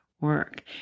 work